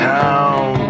town